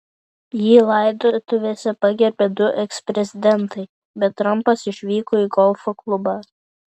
jį laidotuvėse pagerbė du eksprezidentai bet trampas išvyko į golfo klubą